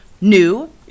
new